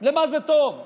למה זה טוב?